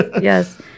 yes